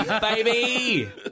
baby